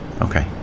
okay